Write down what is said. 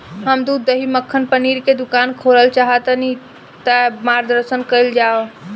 हम दूध दही मक्खन पनीर के दुकान खोलल चाहतानी ता मार्गदर्शन कइल जाव?